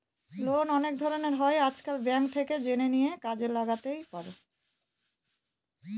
loan অনেক ধরনের হয় আজকাল, ব্যাঙ্ক থেকে জেনে নিয়ে কাজে লাগাতেই পারো